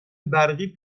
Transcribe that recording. برقی